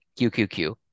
QQQ